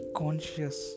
conscious